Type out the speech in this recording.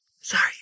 Sorry